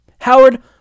Howard